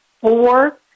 four